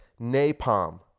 Napalm